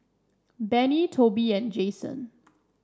Benny Toby and Jason